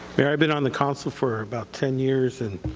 mayor, i've been on the council for about ten years and